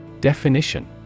Definition